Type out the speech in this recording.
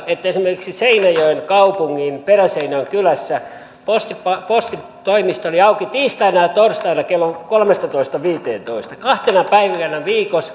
että esimerkiksi seinäjoen kaupungin peräseinäjoen kylässä postitoimisto oli auki tiistaina ja torstaina kello kolmetoista viiva viisitoista kahtena päivänä viikossa